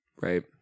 Right